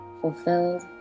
fulfilled